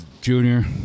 Junior